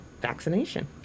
vaccination